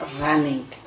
running